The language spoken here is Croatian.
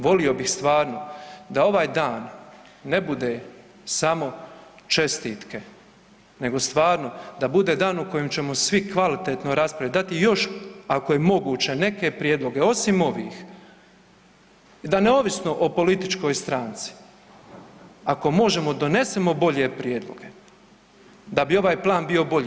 Volio bih stvarno da ovaj dan ne bude samo čestitke, nego stvarno da bude dan u kojem ćemo svi kvalitetno raspravljati, dati još ako je moguće neke prijedloge osim ovih i da neovisno o političkoj stranci ako možemo donesemo bolje prijedloge da bi ovaj plan bio bolji.